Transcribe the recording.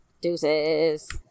deuces